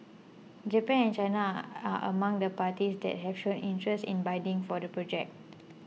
Japan and China are among the parties that have shown interest in bidding for the project